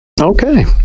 Okay